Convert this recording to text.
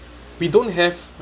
we don't have